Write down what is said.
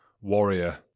warrior